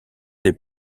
des